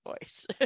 voice